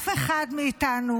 אף אחד מאיתנו,